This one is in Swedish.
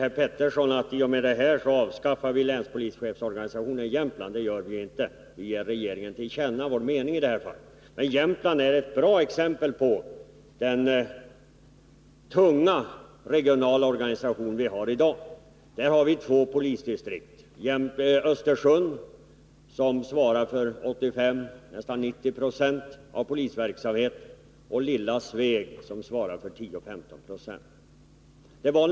Herr Petersson säger att vi med detta beslut avskaffar länspolischefsorganisationen i Jämtland. Det gör vi nu inte. I stället ger vi regeringen vår mening till känna. I Jämtland har vi ett bra exempel på dagens tunga, regionala organisation. Där finns två polisdistrikt, ett i Östersund, som svarar för nästan 90 96 av polisverksamheten, och ett i lilla Sveg, som svarar för 10-15 26.